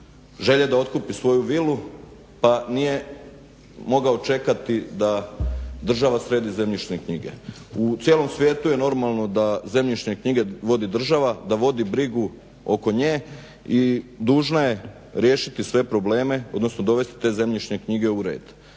želje da otkupi svoju vilu pa nije mogao čekati da država sredi zemljišne knjige. U cijelom svijetu je normalno da zemljišne knjige vodi država da vodi brigu oko nje i dužna je riješiti sve probleme odnosno dovesti te zemljišne knjige u red.